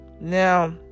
Now